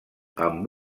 amb